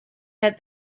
had